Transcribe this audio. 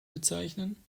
bezeichnen